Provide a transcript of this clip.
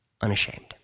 unashamed